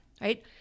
right